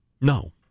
No